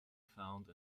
found